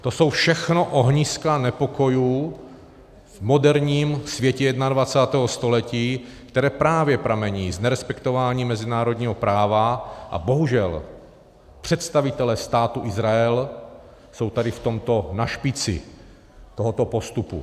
To jsou všechno ohniska nepokojů v moderním světě 21. století, které právě pramení z nerespektování mezinárodního práva, a bohužel představitelé Státu Izrael jsou tady v tomto na špici tohoto postupu.